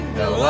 no